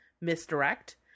misdirect